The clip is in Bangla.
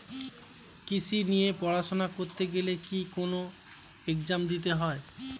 কৃষি নিয়ে পড়াশোনা করতে গেলে কি কোন এগজাম দিতে হয়?